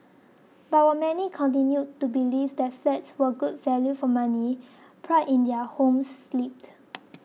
but while many continued to believe that flats were good value for money pride in their homes slipped